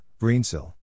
Greensill